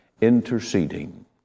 interceding